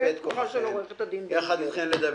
כוחה של עורכת הדין בנדלר לדבר.